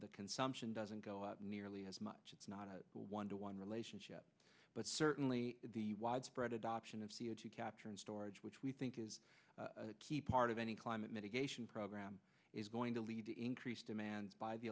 the consumption doesn't go up nearly as much it's not a one to one relationship but certainly the widespread adoption of c o two capture and storage which we think is a key part of any climate mitigation program is going to lead to increased demand by the